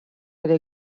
oli